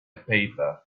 paper